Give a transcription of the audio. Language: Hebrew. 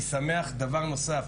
דבר נוסף,